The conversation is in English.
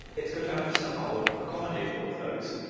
it's going to have to somehow accommodate all of those.